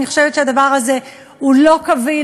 אני חושבת שהדבר הזה הוא לא קביל,